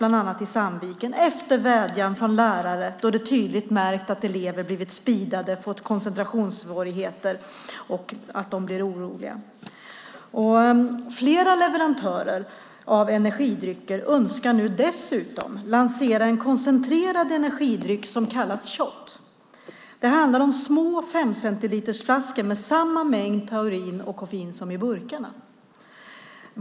Det har skett efter vädjan från lärare då dessa tydligt märkt att elever blivit speedade, fått koncentrationssvårigheter och blivit oroligare. Flera leverantörer av energidrycker önskar dessutom nu lansera en koncentrerad energidryck som kallas shot. Det handlar om femcentilitersflaskor med samma mängd taurin och koffein som i burkarna.